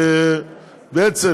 בעצם